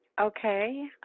Okay